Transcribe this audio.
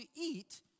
eat